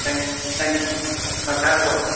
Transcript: thank you ma'am நான் class போகிறன் ma'am